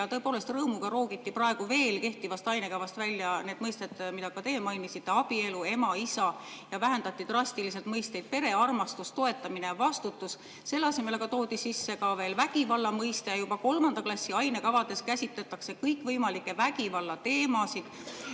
Ja tõepoolest, rõõmuga roogiti praegu kehtivast ainekavast välja need mõisted, mida ka teie mainisite: "abielu", "ema" ja "isa". Samuti vähendati drastiliselt mõisteid "pere", "armastus", "toetamine" ja "vastutus". Asemele toodi sisse vägivalla mõiste. Juba kolmanda klassi ainekavades käsitletakse kõikvõimalikke vägivallateemasid.